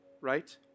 right